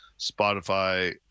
Spotify